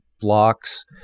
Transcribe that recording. blocks